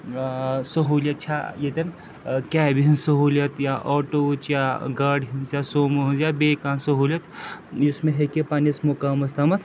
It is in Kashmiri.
سہوٗلیِت چھےٚ ییٚتٮ۪ن کیبہِ ہِنٛز سہوٗلیت یا آٹووٕچ یا گاڑِ ہِنٛز یا سومو ہٕنٛز یا بیٚیہِ کانٛہہ سہوٗلیت یُس مےٚ ہیٚکہِ پنٛنِس مُقامَس تامَتھ